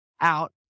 out